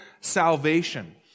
salvation